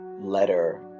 letter